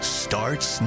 starts